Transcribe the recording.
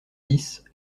dix